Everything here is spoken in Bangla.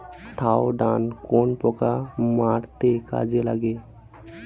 থাওডান কোন পোকা মারতে কাজে লাগে?